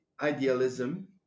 idealism